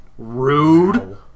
rude